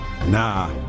Nah